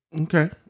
Okay